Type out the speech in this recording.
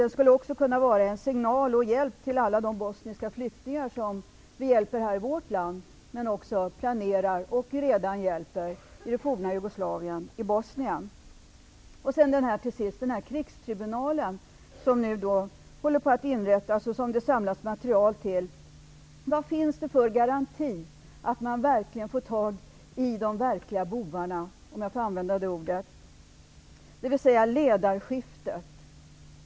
Det skulle dessutom kunna vara en signal och hjälp till alla de bosniska flyktingar som vi hjälper här i vårt land och som vi planerar att hjälpa och redan hjälper i det forna Jugoslavien, i Bosnien. Beträffande den krigstribunal som nu håller på att inrättas och som det samlas material till: Vad finns det för garanti för att man verkligen får tag i de verkliga bovarna -- om jag får använda det ordet -- dvs. ledarskiktet?